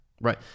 Right